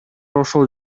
ошол